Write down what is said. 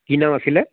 কি নাম আছিলে